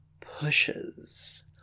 pushes